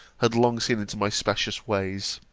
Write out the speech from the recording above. had long seen into my specious ways